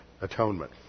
atonement